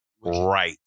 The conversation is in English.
right